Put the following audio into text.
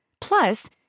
Plus